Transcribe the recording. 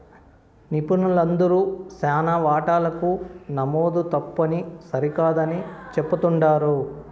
నిపుణులందరూ శానా వాటాలకు నమోదు తప్పుని సరికాదని చెప్తుండారు